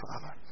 Father